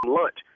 lunch